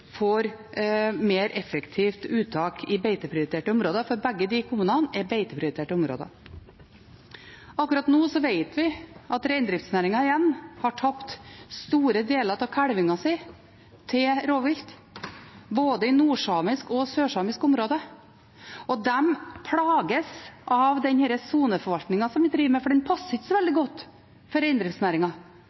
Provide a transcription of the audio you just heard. får mer effektivt uttak i beiteprioriterte områder. Begge disse kommunene er beiteprioriterte områder. Akkurat nå vet vi at reindriftsnæringen igjen har tapt store deler av kalvingen sin til rovvilt, i både nord-samisk og sør-samisk område. De plages av denne soneforvaltningen som vi driver med, for den passer ikke så veldig godt for